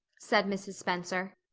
said mrs. spencer.